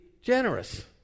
generous